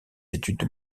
études